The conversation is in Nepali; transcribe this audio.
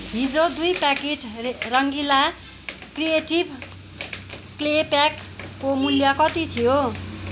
हिजो दुई प्याकेट रङ्गिला क्रिएटिभ क्ले प्याकको मूल्य कति थियो